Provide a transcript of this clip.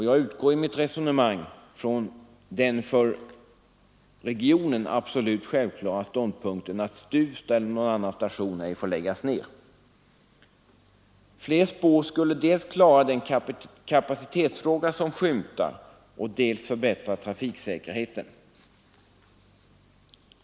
Jag utgår i mitt resonemang från den för regionen absolut självklara ståndpunkten att Stuvsta eller någon annan station inte får läggas ner. Fler spår skulle dels klara den kapacitetsfråga som skymtar, dels förbättra trafiksäkerheten.